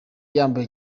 yambaye